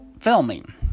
filming